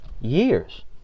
Years